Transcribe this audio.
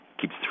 keeps